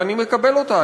ואני מקבל אותה,